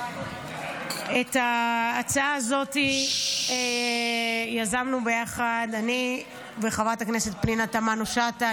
את ההצעה הזאת יזמנו ביחד אני וחברת הכנסת פנינה תמנו שטה,